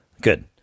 Good